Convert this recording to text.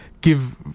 give